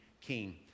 king